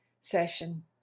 session